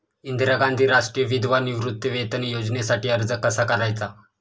इंदिरा गांधी राष्ट्रीय विधवा निवृत्तीवेतन योजनेसाठी अर्ज कसा करायचा?